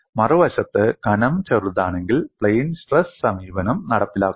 മറുവശത്ത് കനം ചെറുതാണെങ്കിൽ പ്ലെയിൻ സ്ട്രെസ് സമീപനം നടപ്പിലാക്കുന്നു